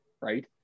right